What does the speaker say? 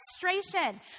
frustration